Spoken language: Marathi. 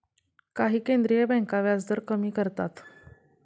काही केंद्रीय बँका व्याजदर कमी करतात